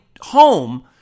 home